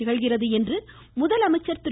திகழ்கிறது என்று முதலமைச்சர் திரு